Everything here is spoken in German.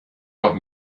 noch